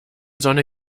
sonne